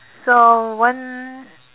so one